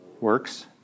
works